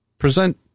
Present